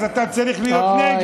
אז אתה צריך להיות נגד.